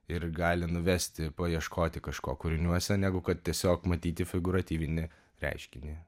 ir gali nuvesti paieškoti kažko kūriniuose negu kad tiesiog matyti figūratyvinį reiškinį